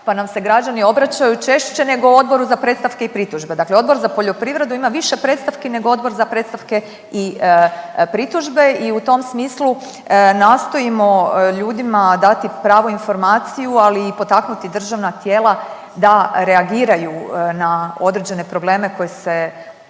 pa nam se građani obraćaju češće nego Odboru za predstavke i pritužbe, dakle Odbor za poljoprivredu ima više predstavki nego Odbor za predstavke i pritužbe i u tom smislu nastojimo ljudima dati pravu informaciju, ali i potaknuti državna tijela da reagiraju na određene probleme koji se otkrivaju